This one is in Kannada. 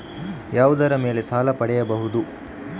ಯಾವುದರ ಮೇಲೆ ಸಾಲ ಪಡೆಯಬಹುದು?